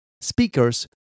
speakers